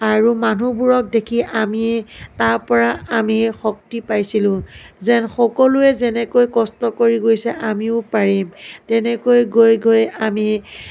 আৰু মানুহবোৰক দেখি আমি তাৰপৰা আমি শক্তি পাইছিলোঁ যেন সকলোৱে যেনেকৈ কষ্ট কৰি গৈছে আমিও পাৰিম তেনেকৈ গৈ গৈ আমি